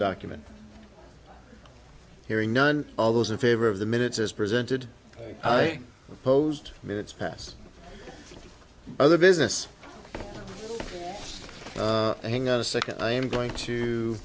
document hearing none of those in favor of the minutes as presented i posed minutes pass other business hang on a second i am going to